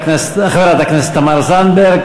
לחברת הכנסת תמר זנדברג.